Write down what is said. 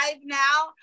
now